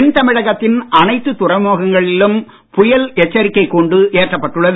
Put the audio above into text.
தென்தமிழகத்தின் அனைத்து துறைமுகங்களிலும் புயல் எச்சரிக்கை கூண்டு ஏற்றப்பட்டுள்ளது